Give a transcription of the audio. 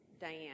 Diane